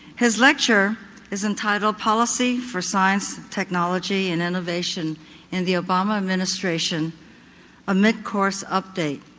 his lecture is entitled policy for science technology and innovation in the obama administration a mid-course update.